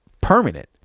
permanent